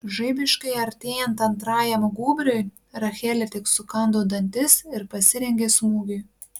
žaibiškai artėjant antrajam gūbriui rachelė tik sukando dantis ir pasirengė smūgiui